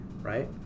right